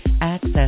access